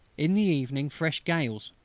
in the evening fresh gales.